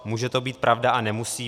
Může to být pravda a nemusí.